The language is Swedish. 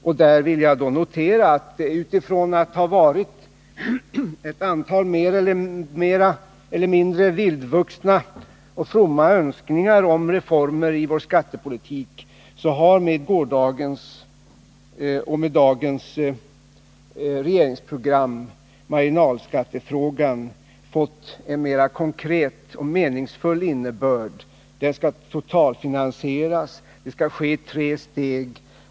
Jag vill notera att ifrån att ha inneburit ett antal mer eller mindre vildvuxna och fromma önskningar om reformer i vår skattepolitik har med dagens regeringsprogram marginalskattefrågan fått en mera konkret och meningsfull innebörd. Det skall vara en totalfinansiering, som skall ske i tre steg.